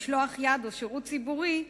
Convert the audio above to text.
משלוח יד או שירות ציבורי,